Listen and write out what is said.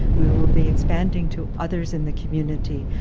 we will be expanding to others in the community.